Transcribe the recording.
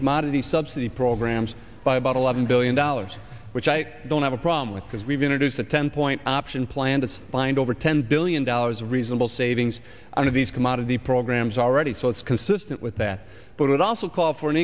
commodity subsidy programs by about eleven billion dollars which i don't have a problem with because we've introduced a ten point option plan that's mind over ten billion dollars a reasonable savings of these come out of the programs already so it's consistent with that but it also calls for an